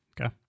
Okay